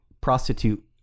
prostitute